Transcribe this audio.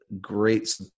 great